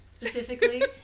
Specifically